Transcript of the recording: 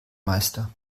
meister